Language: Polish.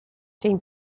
dzień